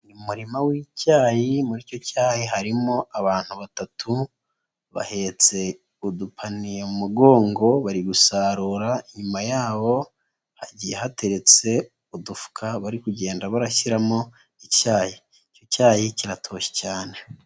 Umurima w'icyayi muri icyo cyayi harimo abantu batatu bahetse udupaniye mu mugongo bari gusarura. Inyuma y'abo hagiye hateretse udufuka bari kugenda barashyiramo icyayi. Icyo cyayi kiratoshye cyane.